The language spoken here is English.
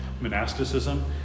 monasticism